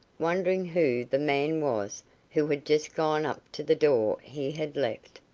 wondering who the man was who had just gone up to the door he had left.